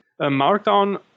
Markdown